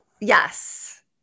yes